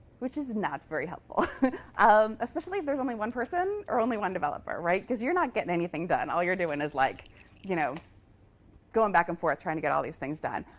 which is not very helpful um especially if there's only one person or only one developer. right? because you're not getting anything done. all you're doing is like you know going back and forth trying to get all these things done.